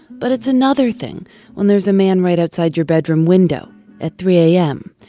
but it's another thing when there's a man right outside your bedroom window at three am.